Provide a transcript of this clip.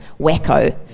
wacko